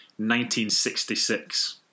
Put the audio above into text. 1966